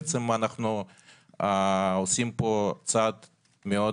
אנחנו עושים פה צעד מאוד